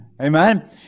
amen